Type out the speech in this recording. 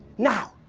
now,